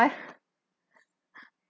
-five